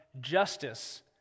justice